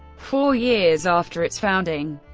four years after its founding,